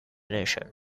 nation